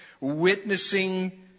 Witnessing